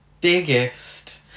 biggest